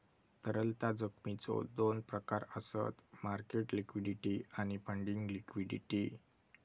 तरलता जोखमीचो दोन प्रकार आसत मार्केट लिक्विडिटी आणि फंडिंग लिक्विडिटी